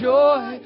joy